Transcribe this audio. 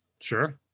Sure